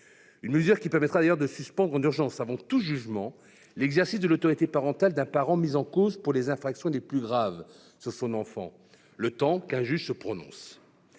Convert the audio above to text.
disposition permettra de suspendre en urgence, avant tout jugement, l'exercice de l'autorité parentale d'un parent mis en cause commission des infractions les plus graves sur son enfant, le temps qu'un juge se prononce.